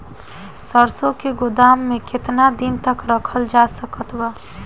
सरसों के गोदाम में केतना दिन तक रखल जा सकत बा?